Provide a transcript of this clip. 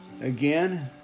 Again